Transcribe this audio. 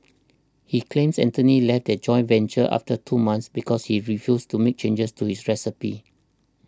he claims Anthony left their joint venture after two months because he refused to make changes to his recipes